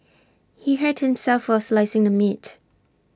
he hurt himself while slicing the meat